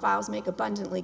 files make abundantly